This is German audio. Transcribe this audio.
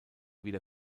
wieder